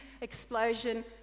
explosion